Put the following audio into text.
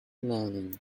learning